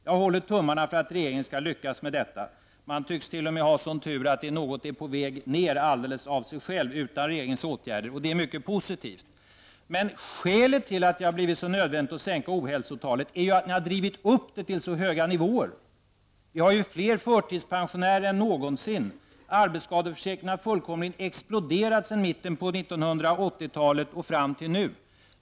Jag håller tummarna och hoppas att regeringen lyckas åstadkomma detta. Man tycks t.o.m. ha sådan tur att någonting är på väg ner alldeles av sig självt, utan regeringens åtgärder, och det är mycket positivt. Men skälet till att det har blivit så nödvändigt att sänka ohälsotalet är ju att ni har drivit upp detta till en mycket hög nivå. Förtidspensionärerna är fler än någonsin. Arbetsskadeförsäkringen har fullkomligt exploderat från mitten av 1980-talet och fram till nu.